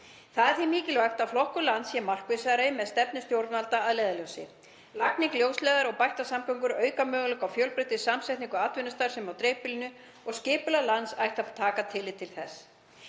Það er því mikilvægt að flokkun lands sé markvissari með stefnu stjórnvalda að leiðarljósi. Lagning ljósleiðara og bættar samgöngur auka möguleika á fjölbreyttri samsetningu atvinnustarfsemi í dreifbýlinu og skipulag lands ætti að taka tillit til þess.